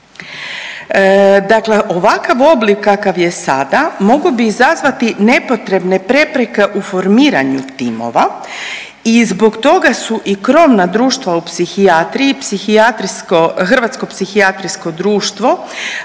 Dakle ovakav oblik kakav je sada mogao bi izazvati nepotrebne prepreke u formiranju timova i zbog toga su i krovna društva u psihijatriji, psihijatrijsko, Hrvatsko